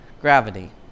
gravity